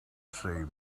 save